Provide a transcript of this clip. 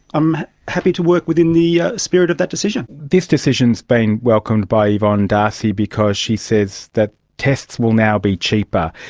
i'm happy to work within the spirit of that decision. this decision has been welcomed by yvonne d'arcy because she says that tests will now be cheaper.